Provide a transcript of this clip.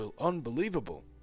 unbelievable